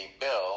bill